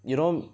you know